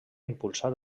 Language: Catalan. impulsar